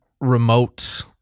remote